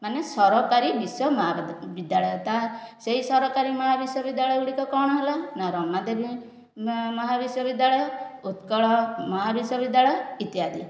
ମାନେ ସରକାରୀ ବିଶ୍ଵ ମହା ବିଦ୍ୟାଳୟ ତା ସେହି ସରକାରୀ ମହାବିଶ୍ଵବିଦ୍ୟାଳୟ ଗୁଡ଼ିକ କ'ଣ ହେଲା ନା ରମାଦେବୀ ମହାବିଶ୍ଵବିଦ୍ୟାଳୟ ଉତ୍କଳ ମହାବିଶ୍ଵବିଦ୍ୟାଳୟ ଇତ୍ୟାଦି